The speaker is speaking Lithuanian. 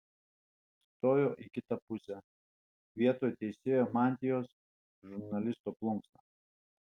stojo į kitą pusę vietoj teisėjo mantijos žurnalisto plunksna